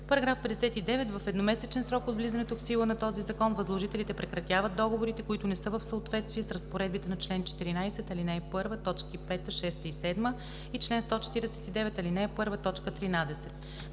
§ 59: „§ 59. В едномесечен срок от влизането в сила на този закон възложителите прекратяват договорите, които не са в съответствие с разпоредбите на чл. 14, ал. 1, т. 5, 6 и 7 и чл. 149, ал. 1, т. 13.“